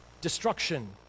destruction